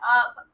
up